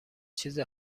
چیز